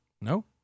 no